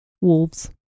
wolves